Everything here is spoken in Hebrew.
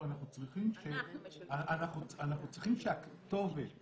לא, אנחנו צריכים שהכתובת